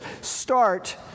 Start